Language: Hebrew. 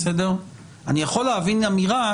אני יכול להבין אמירה,